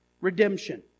Redemption